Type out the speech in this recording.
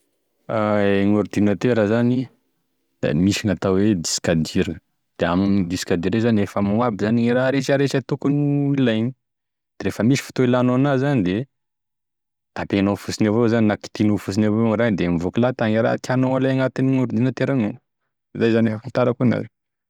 E gn'ordinatera zany da misy gnatao hoe disque dur, de amin'ny disque dure zany efa ao amign'ao aby zany e raha rehetra rehetra tokony ho ilaigny de rehafa misy fotoa ilaignao anazy de tapenao fosiny avao zany na kitihinao fosiny evao igny e raha da mivôky lahatagny e raha tianao alay agnatin'ordinatera amign'ao izay zany e fahafantarako anazy.